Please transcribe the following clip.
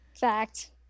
Fact